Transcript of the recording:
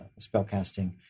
spellcasting